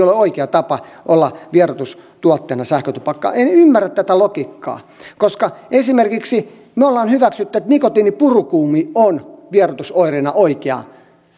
ole oikea tapa olla vieroitustuotteena en ymmärrä tätä logiikkaa koska me olemme esimerkiksi hyväksyneet että nikotiinipurukumi on vieroitusoireeseen